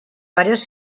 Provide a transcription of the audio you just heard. varios